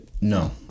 no